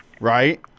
Right